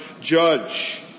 judge